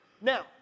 Now